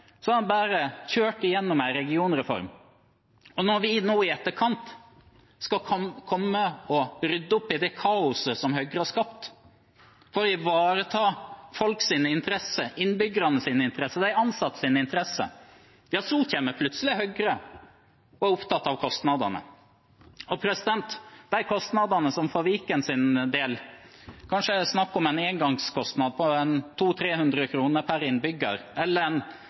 bare kjørt igjennom en regionreform. Når vi nå i etterkant skal rydde opp i det kaoset som Høyre har skapt, for å ivareta folks interesser, innbyggernes interesser og de ansattes interesser, er plutselig Høyre opptatt av kostnadene. Kostnadene det er snakk om for Vikens del, er kanskje en engangskostnad på 200–300 kr per innbygger